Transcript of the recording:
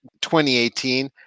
2018